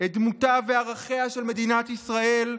את דמותה וערכיה של מדינת ישראל,